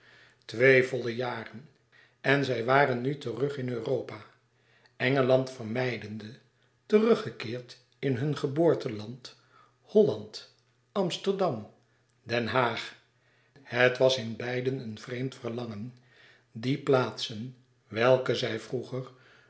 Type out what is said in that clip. twee volle jaren en zij waren nu terug in europa engeland vermijdende teruggekeerd in hun geboorteland holland amsterdam den haag het was in beiden een vreemd verlangen die plaatsen welke zij vroeger